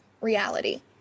reality